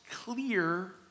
clear